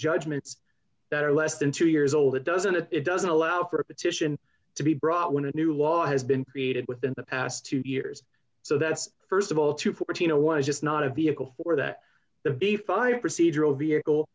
judgments that are less than two years old it doesn't and it doesn't allow for a petition to be brought when a new law has been created within the past two years so that's st of all to fourteen a one is just not a vehicle for that the b five procedural vehicle